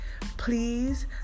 please